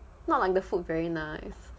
not like the food very nice